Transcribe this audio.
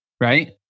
Right